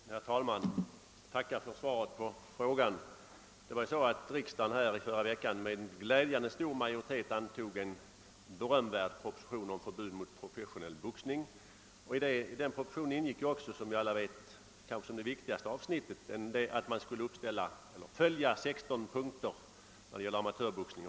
Herr talman! Jag tackar för svaret på frågan. Riksdagen antog förra veckan med glädjande stor majoritet en berömvärd proposition om förbud mot professionell boxning. I den propositionen ingick, som vi alla vet, som det kanske viktigaste avsnittet att amatörboxningen måste iaktta bestämmelserna i 16 punkter om den skule få fortsätta.